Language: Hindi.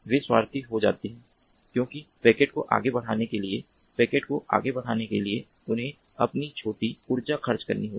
वे स्वार्थी हो जाते हैं क्योंकि पैकेट को आगे बढ़ाने के लिए पैकेट को आगे बढ़ाने के लिए उन्हें अपनी छोटी ऊर्जा खर्च करनी होगी